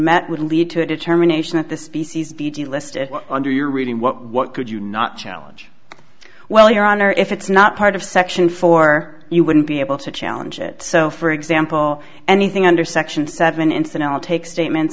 met would lead to a determination of the species v t listed under your reading what what could you not challenge well your honor if it's not part of section four you wouldn't be able to challenge it so for example anything under section seven incident will take statement